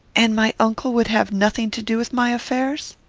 and my uncle would have nothing to do with my affairs?